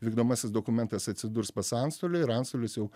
vykdomasis dokumentas atsidurs pas antstolį ir antstolis jau